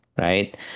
right